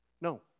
No